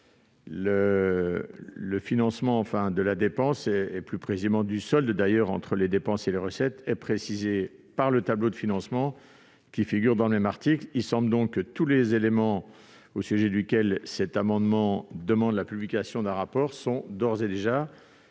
Le financement de la dépense, plus précisément du solde entre les dépenses et les recettes, est précisé par le tableau de financement qui figure dans le même article. Il semble donc que tous les éléments sur lesquels porte la demande de publication d'un rapport dans cet amendement